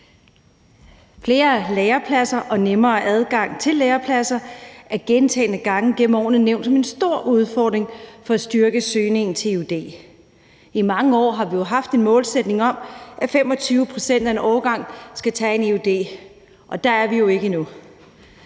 Flere lærepladser og nemmere adgang til lærepladser er gentagne gange igennem årene nævnt som en stor udfordring for at styrke søgningen til eud. I mange år har vi jo haft en målsætning om, at 25 pct. af en årgang skal tage en eud, og der er vi jo ikke endnu.